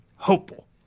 Hopeful